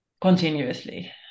continuously